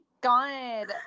God